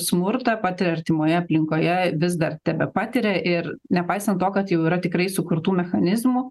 smurtą patiria artimoje aplinkoje vis dar tebepatiria ir nepaisant to kad jau yra tikrai sukurtų mechanizmų